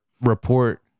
report